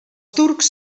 turcs